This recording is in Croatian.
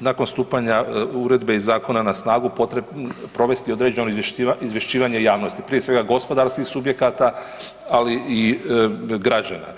nakon stupanja uredbe iz zakona na snagu, potrebno provesti određene izvješćivanje javnosti, prije svega gospodarskih subjekata ali i građana.